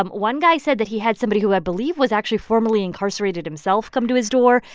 um one guy said that he had somebody who i believe was actually formerly incarcerated himself come to his door.